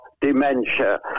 dementia